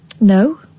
no